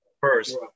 first